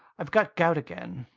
i've got gout again.